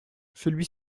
celui